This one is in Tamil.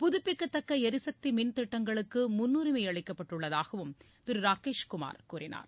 புதுப்பிக்கத்தக்க எரிசக்தி மின் திட்டங்களுக்கு முன்னுரிமை அளிக்கப்பட்டுள்ளதாகவும் திரு ராகேஷ் குமார் கூறினார்